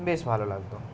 বেশ ভালো লাগত